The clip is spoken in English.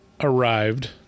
arrived